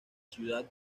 ciudad